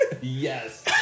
Yes